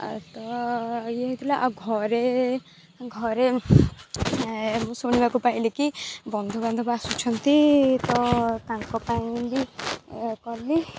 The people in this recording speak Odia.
ତ ଇଏ ହେଇଥିଲା ଆଉ ଘରେ ଘରେ ମୁଁ ଶୁଣିବାକୁ ପାଇଲି କି ବନ୍ଧୁବାନ୍ଧବ ଆସୁଛନ୍ତି ତ ତାଙ୍କ ପାଇଁ ବି କଲି